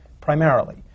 primarily